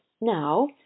now